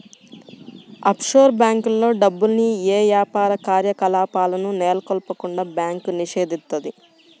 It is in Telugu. ఆఫ్షోర్ బ్యేంకుల్లో డబ్బుల్ని యే యాపార కార్యకలాపాలను నెలకొల్పకుండా బ్యాంకు నిషేధిత్తది